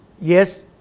yes